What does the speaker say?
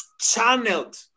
channeled